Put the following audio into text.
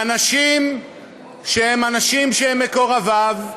והאנשים שהם מקורביו,